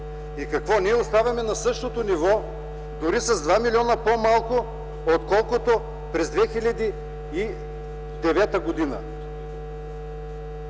Какво, ние оставаме на същото ниво, дори с два милиона по-малко, отколкото през 2009 г.?